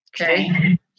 Okay